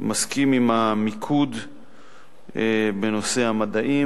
מסכים עם המיקוד בנושא המדעים.